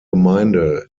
gemeinde